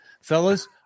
Fellas